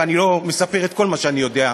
ואני לא מספר את כל מה שאני יודע.